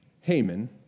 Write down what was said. Haman